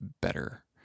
better